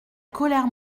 colère